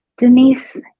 Denise